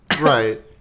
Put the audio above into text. Right